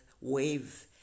wave